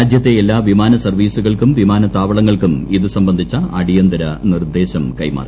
രാജ്യത്തെ എല്ലാ വിമാനസർവ്വീസുകൾക്കും വിമാനത്താവളങ്ങൾക്കും ഇത് സംബന്ധിച്ച അടിയന്തര നിർദ്ദേശം കൈമാറി